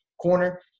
corner